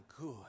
good